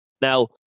Now